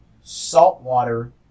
saltwater